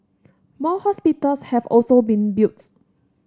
more hospitals have also been built